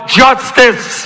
justice